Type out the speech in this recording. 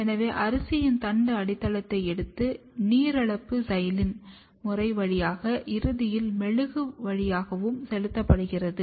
எனவே அரிசியின் தண்டு அடித்தளத்தை எடுத்து நீரிழப்பு சைலீன் முறை வழியாக இறுதியில் மெழுகு வழியாகவும் செலுத்தப்படுகிறது